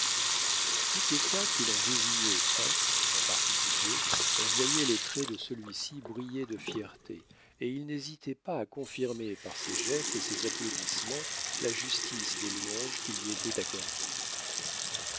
toutes les fois qu'il en désignait un en particulier on voyait les traits de celui-ci briller de fierté et il n'hésitait pas à confirmer par ses gestes et ses applaudissements la justice des louanges qui lui étaient accordées